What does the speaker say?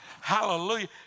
Hallelujah